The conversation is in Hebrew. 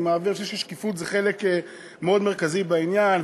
אני חושב ששקיפות זה חלק מאוד מרכזי בעניין,